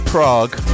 Prague